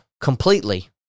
completely